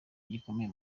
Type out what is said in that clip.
gikomeye